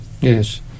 yes